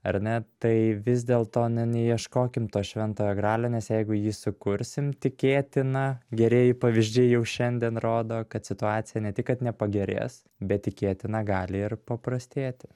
ar ne tai vis dėlto ne neieškokim to šventojo gralio nes jeigu jį sukursim tikėtina gerieji pavyzdžiai jau šiandien rodo kad situacija ne tik kad nepagerės bet tikėtina gali ir paprastėti